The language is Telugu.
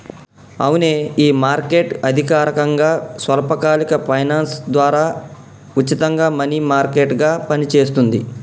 అవునే ఈ మార్కెట్ అధికారకంగా స్వల్పకాలిక ఫైనాన్స్ ద్వారా ఉచితంగా మనీ మార్కెట్ గా పనిచేస్తుంది